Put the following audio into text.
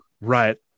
right